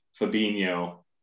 Fabinho